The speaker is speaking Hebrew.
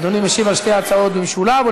אדוני משיב על שתי ההצעות במשולב,